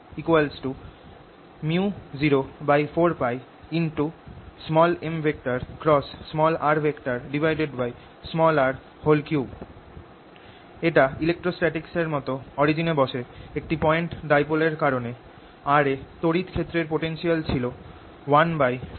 A µ04πm × rr3 এটা ইলেক্ট্রস্টাটিক্সের এর মতো অরিজিনে বসে একটি পয়েন্ট ডিপোলের কারণে r এ তড়িৎক্ষেত্রের পোটেনশিয়াল ছিল 14π0prr3